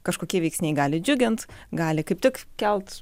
kažkokie veiksniai gali džiugint gali kaip tik kelt